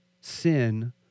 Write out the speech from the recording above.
sin